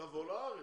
לבוא לארץ.